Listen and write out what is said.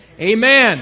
amen